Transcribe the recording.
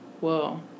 Whoa